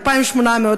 2,800,